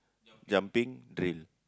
jumping train